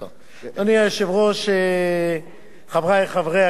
אדוני היושב-ראש, חברי חברי הכנסת,